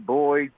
boy